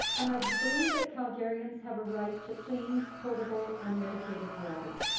and i believe that calgarians have a right to clean, potable, unmedicated water.